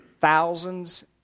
thousands